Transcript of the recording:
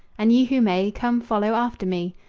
and ye who may, come, follow after me.